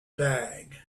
bag